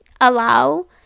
Allow